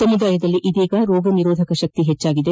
ಸಮುದಾಯದಲ್ಲಿ ಇದೀಗ ರೋಗ ನಿರೋಧಕ ಶಕ್ತಿ ಹೆಚ್ಚಾಗಿದೆ